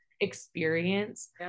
Experience